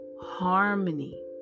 harmony